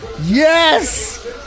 Yes